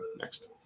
Next